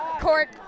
Court